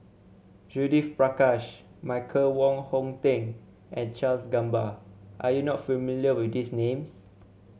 Judith Prakash Michael Wong Hong Teng and Charles Gamba are you not familiar with these names